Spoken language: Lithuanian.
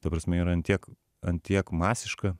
ta prasme yra ant tiek ant tiek masiška